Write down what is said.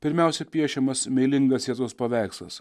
pirmiausia piešiamas meilingas jėzaus paveikslas